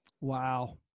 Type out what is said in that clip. Wow